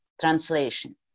translation